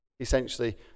Essentially